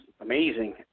amazing